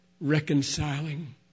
reconciling